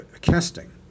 casting